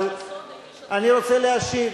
אבל אני רוצה להשיב.